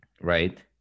Right